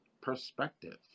perspective